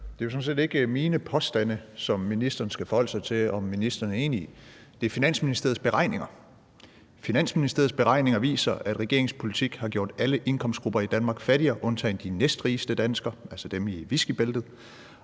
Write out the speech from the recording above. Det er jo sådan set ikke mine påstande, som ministeren skal forholde sig til om ministeren er enig i. Det er Finansministeriets beregninger. Finansministeriets beregninger viser, at regeringens politik har gjort alle indkomstgrupper i Danmark fattigere undtagen de næstrigeste danskere, altså dem i Whiskybæltet.